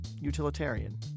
utilitarian